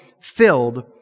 filled